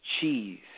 cheese